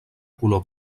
color